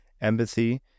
Empathy